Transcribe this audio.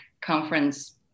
conference